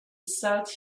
sought